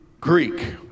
Greek